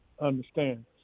understand